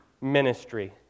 ministry